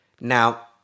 Now